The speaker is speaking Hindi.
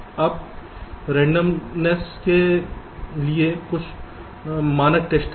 अब यादृच्छिकता के लिए कुछ मानक टेस्ट हैं